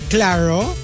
Claro